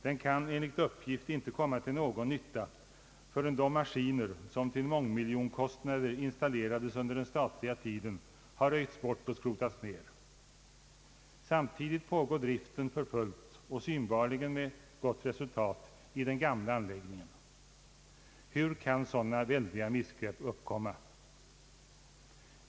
Den kan enligt uppgift inte komma till någon nytta, förrän de maskiner som till mångmiljonkostnader installerades under den statliga tiden har vräkts bort och skrotats ner. Samtidigt pågår driften för fullt och synbarligen med gott resultat i den gamla anläggningen. Hur kan sådana väldiga missgrepp uppkomma?